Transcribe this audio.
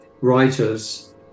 writers